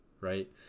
Right